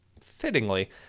fittingly